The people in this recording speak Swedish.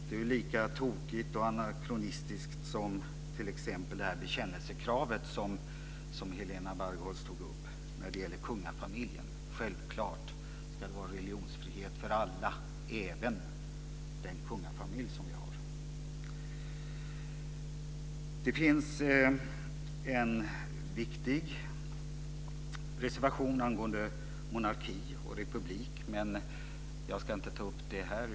Det är lika tokigt och anakronistiskt som bekännelsekravet för kungafamiljen, som Helena Bargholtz tog upp. Självklart ska det vara religionsfrihet för alla, även kungafamiljen. Det finns en viktig reservation angående monarki och republik. Jag ska inte ta upp den här.